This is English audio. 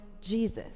Jesus